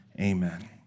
Amen